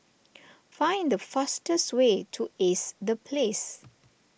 find the fastest way to Ace the Place